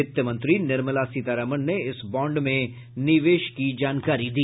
वित्त मंत्री निर्मला सीतारामन ने इस बॉण्ड में निवेश की जानकारी दी